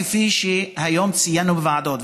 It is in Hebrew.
כפי שהיום ציינו בוועדות,